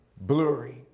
blurry